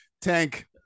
Tank